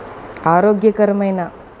ఆరోగ్యకరమైన